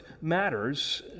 matters